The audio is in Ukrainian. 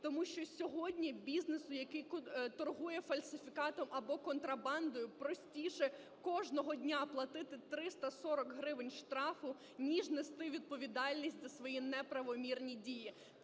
тому що сьогодні бізнесу, який торгує фальсифікатом або контрабандою, простіше кожного дня платити 340 гривень штрафу, ніж нести відповідальність за свої неправомірні дії.